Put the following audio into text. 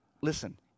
Listen